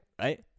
right